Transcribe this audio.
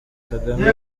kagame